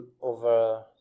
over